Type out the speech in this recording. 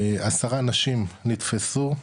עשרה אנשים נתפסו,